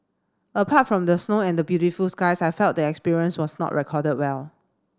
apart from the snow and the beautiful skies I felt the experience was not recorded well